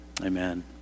Amen